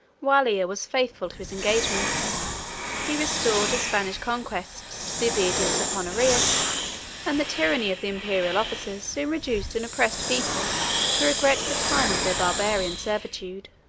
wallia was faithful to his engagements he restored his spanish conquests to the obedience of honorius and the tyranny of the imperial officers soon reduced an oppressed people to regret the time of their barbarian servitude.